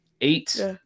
eight